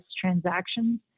transactions